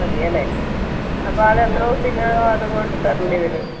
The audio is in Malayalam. മതി അല്ലേ അപ്പം അത് എത്ര ദിവസത്തിനകം അത് കൊണ്ട് തരേണ്ടി വരും